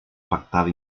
pactada